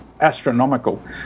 astronomical